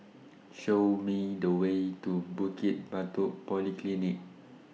Show Me The Way to Bukit Batok Polyclinic